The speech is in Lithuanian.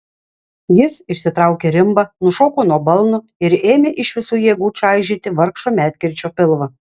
jis išsitraukė rimbą nušoko nuo balno ir ėmė iš visų jėgų čaižyti vargšo medkirčio pilvą